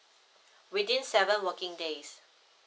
within seven working days